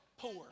Poor